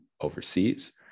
overseas